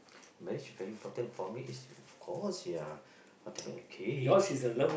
marriage very important for me it's of course ya how to make uh kids